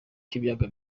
k’ibiyaga